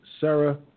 Sarah